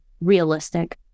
realistic